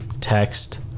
text